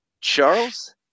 Charles